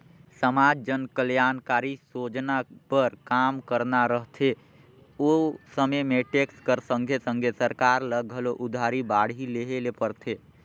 समाज जनकलयानकारी सोजना बर काम करना रहथे ओ समे में टेक्स कर संघे संघे सरकार ल घलो उधारी बाड़ही लेहे ले परथे